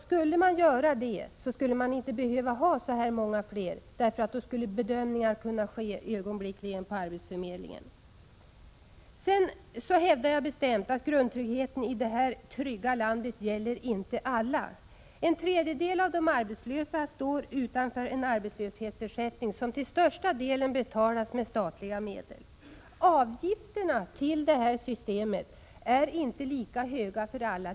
Skulle man göra det, skulle man inte behöva ha så många tjänster, för då skulle bedömningarna kunna göras ögonblickligen på arbetsförmedlingarna. Jag hävdar bestämt att grundtryggheten i det här trygga landet inte gäller alla. En tredjedel av de arbetslösa står utanför en arbetslöshetsersättning, som till största delen betalas med statliga medel. Avgifterna är dessutom inte lika höga för alla.